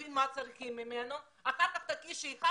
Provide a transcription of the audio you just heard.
אחר כך 1,